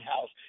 House